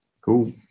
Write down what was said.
Cool